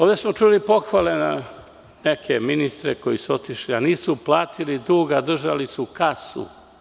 Ovde smo čuli pohvale za neke ministre koji su otišli, a nisu platili dug, a držali su kasu.